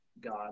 God